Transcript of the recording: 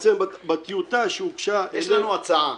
יש לנו הצעה.